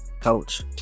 Coach